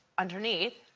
underneath,